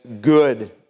good